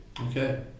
Okay